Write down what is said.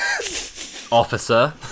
officer